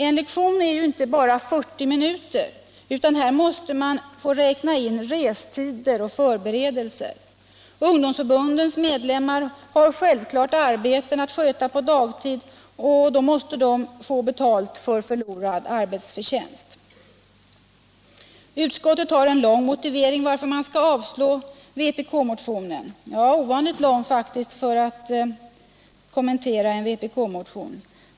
En lektion är ju inte bara 40 minuter, utan här måste man få räkna in restider och förberedelser. Ungdomsförbundens medlemmar har självfallet arbeten att sköta på dagtid, och då måste de få betalt för förlorad arbetsförtjänst. Utskottet har en lång motivering för att avstyrka vpk:s motion — ja, faktiskt ovanligt lång för att gälla en vpk-motion.